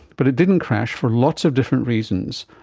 but it didn't crash, for lots of different reasons,